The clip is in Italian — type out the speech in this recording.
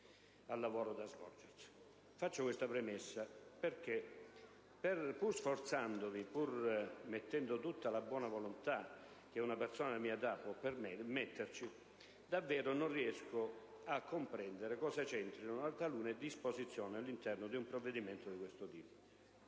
al lavoro da svolgersi. Faccio questa premessa perché, pur sforzandomi, pur mettendo tutta la buona volontà che una persona della mia età può metterci, davvero non riesco a comprendere cosa c'entrino talune disposizioni all'interno di un provvedimento di questo tipo.